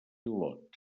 olot